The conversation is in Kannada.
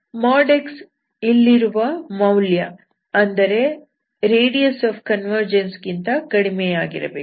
|x| ಇಲ್ಲಿರುವ ಮೌಲ್ಯ ಅಂದರೆ ರೇಡಿಯಸ್ ಆಫ್ ಕನ್ವರ್ಜನ್ಸ್ ಗಿಂತ ಕಡಿಮೆಯಾಗಿರಬೇಕು